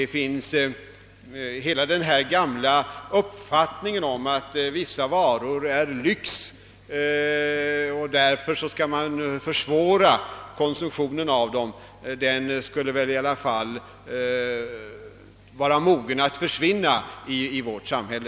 Den gamla uppfattningen att vissa varor är lyx och att konsumtionen av dem bör försvåras är mogen att försvinna i vårt samhälle.